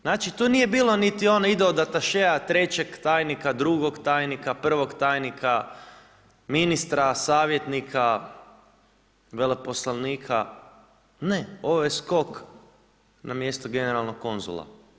Znači, tu nije bilo niti one ide od atašea, trećeg tajnika, drugog tajnika, prvog tajnika, ministra, savjetnika, veleposlanika, ne ovo je skok, na mjesto generalnog konzula.